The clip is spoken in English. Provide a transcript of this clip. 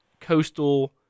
Coastal